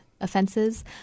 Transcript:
offenses